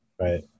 Right